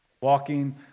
walking